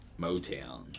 Motown